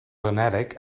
lunatic